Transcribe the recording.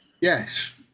Yes